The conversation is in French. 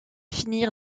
finir